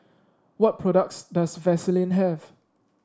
what products does Vaselin have